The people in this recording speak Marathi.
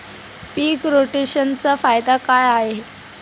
पीक रोटेशनचा फायदा काय आहे?